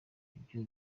ibyo